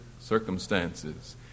circumstances